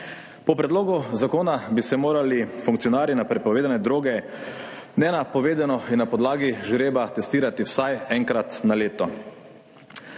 Po predlogu zakona bi se morali funkcionarji na prepovedane droge nenapovedano in na podlagi žreba testirati vsaj enkrat na leto.